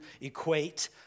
equate